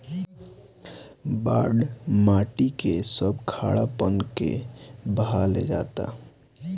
बाढ़ माटी से सब खारापन के बहा ले जाता